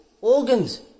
organs